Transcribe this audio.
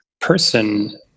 person